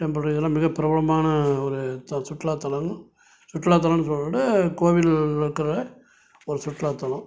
temple இதெல்லாம் மிக பிரபலமான ஒரு த சுற்றுலா தலம் சுற்றுலா தலம்ன்னு சொல்லுகிறதோட கோவில் இருக்கிற ஒரு சுற்றுலா தலம்